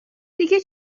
دیگه